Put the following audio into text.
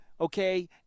okay